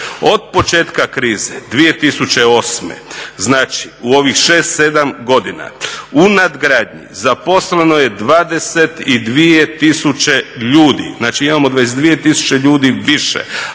od početka krize 2008. znači u ovih 6, 7 godina u nadgradnji zaposleno je 22000 ljudi. Znači, imamo 22000 ljudi više,